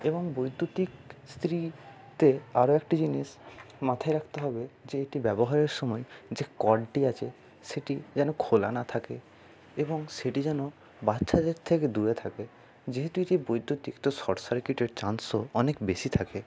এবং বৈদ্যুতিক ইস্ত্রিতে আরও একটি জিনিস মাথায় রাখতে হবে যে এটি ব্যবহারের সময় যে কর্ডটি আছে সেটি যেন খোলা না থাকে এবং সেটি যেন বাচ্চাদের থেকে দূরে থাকে যেহেতু এটি বৈদ্যুতিক তো শর্ট সার্কিটের চান্সও অনেক বেশি থাকে